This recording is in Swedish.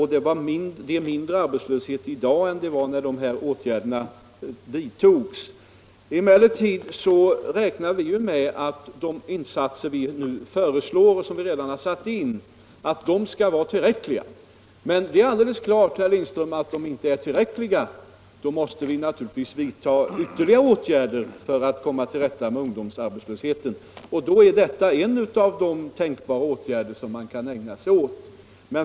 I dag har vi mindre arbetslöshet än när de här åtgärderna vidtogs för några år sedan. Vi räknar med att de åtgärder som vi nu föreslår och delvis har satt in skall vara tillräckliga. Men, herr Lindström, om de inte är tillräckliga skall vi vidta ytterligare åtgärder för att komma till rätta med ungdomsarbetslösheten, och då är den ungdomsledareutbildning som vi här talar om en av de tänkbara verksamheter vi kan ägna oss åt.